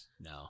No